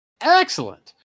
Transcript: Excellent